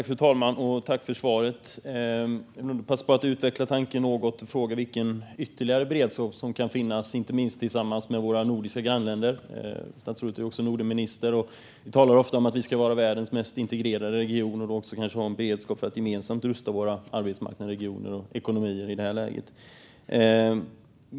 Fru talman! Tack så mycket för svaret, statsrådet! Jag vill passa på att utveckla tanken något och fråga vilken ytterligare beredskap som kan finnas, inte minst tillsammans med våra nordiska grannländer. Statsrådet är ju också Nordenminister. Vi talar ofta om att vi ska vara världens mest integrerade region, och då ska vi kanske också ha en beredskap för att gemensamt rusta våra arbetsmarknadsregioner och ekonomier i det här läget.